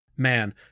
Man